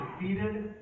defeated